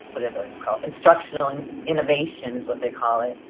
whatever it's called, instructional and innovation is what they call it.